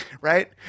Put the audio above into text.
right